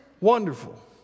Wonderful